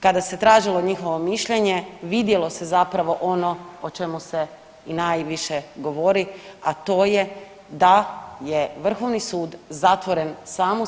Kada se tražilo njihovo mišljenje vidjelo se zapravo ono o čemu se i najviše govori, a to je da je Vrhovni sud zatvoren sam